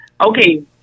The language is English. okay